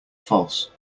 false